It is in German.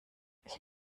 ich